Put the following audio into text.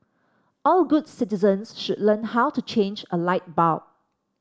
all good citizens should learn how to change a light bulb